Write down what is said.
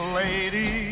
lady